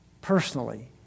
Personally